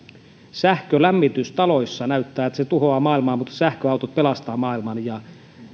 sähkölämmitys taloissa näyttää tuhoavan maailman mutta sähköautot pelastavan maailman ja